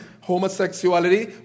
Homosexuality